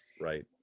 Right